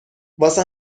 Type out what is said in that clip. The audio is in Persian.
واسه